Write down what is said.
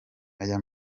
aya